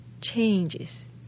changes